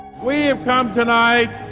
we have come tonight